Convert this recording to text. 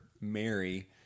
Mary